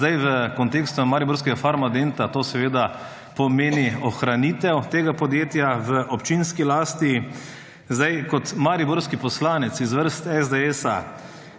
V kontekstu mariborskega Farmadenta to pomeni ohranitev tega podjetja v občinski lasti. Kot mariborski poslanec iz vrst SDS